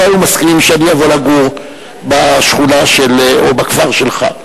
שלא היו מסכימים שאני אעבור לגור בשכונה או בכפר שלך.